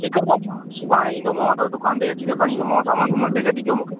ठीकु आहे भाऊ मां सुभाणे ईंदोमांव त दुकान ते अची करे खणी ईंदोमांव सामान पोइ मटे करे ॾिजो मूंखे